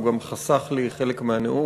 הוא גם חסך לי חלק מהנאום,